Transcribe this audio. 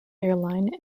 airlines